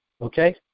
Okay